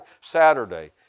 Saturday